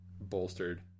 bolstered